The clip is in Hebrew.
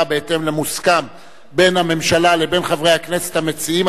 בהתאם למוסכם בין הממשלה לבין חברי הכנסת המציעים,